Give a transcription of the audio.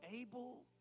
able